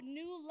new